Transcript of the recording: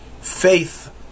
faith